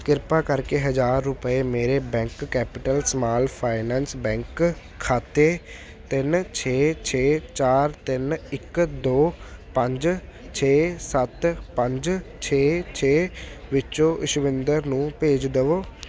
ਕਿਰਪਾ ਕਰਕੇ ਹਜ਼ਾਰ ਰੁਪਏ ਮੇਰੇ bank Capital Small Finance Bank ਖਾਤੇ ਤਿੰਨ ਛੇ ਛੇ ਚਾਰ ਤਿੰਨ ਇੱਕ ਦੋ ਪੰਜ ਛੇ ਸੱਤ ਪੰਜ ਛੇ ਛੇ ਵਿੱਚੋਂ ਇਸ਼ਵਿੰਦਰ ਨੂੰ ਭੇਜ ਦਵੋ